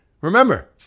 Remember